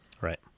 Right